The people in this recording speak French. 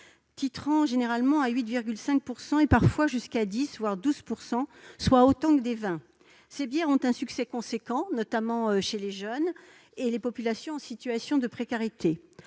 titrant généralement à 8,5 % et parfois jusqu'à 10 %, voire 12 %, soit autant que des vins. Ces bières ont un succès important, notamment chez les jeunes et les populations en situation de précarité.